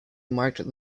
marked